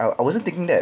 I wasn't thinking that